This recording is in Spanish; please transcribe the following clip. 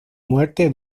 muerte